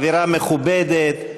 אווירה מכובדת.